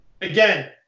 Again